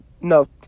No